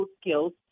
skills